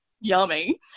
yummy